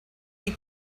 qui